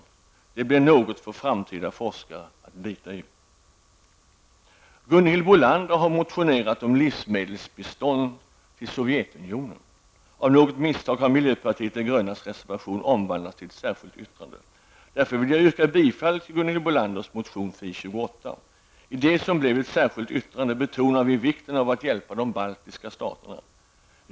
Det blir något för framtida forskare att bita i. Gunhild Bolander har motionerat om livsmedelsbistånd till Sovjetunionen. Av något misstag har miljöpartiet de grönas reservation omvandlats till ett särskilt yttrande. Därför vill jag yrka bifall till Gunhild Bolanders motion Fi28. I det som blev ett särskilt yttrande betonar vi vikten av att hjälpa de baltiska staterna.